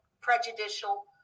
prejudicial